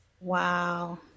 wow